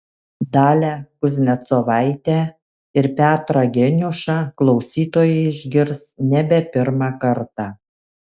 dalią kuznecovaitę ir petrą geniušą klausytojai išgirs nebe pirmą kartą